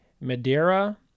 Madeira